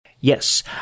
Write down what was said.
Yes